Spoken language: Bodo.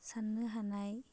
साननो हानाय